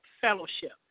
fellowship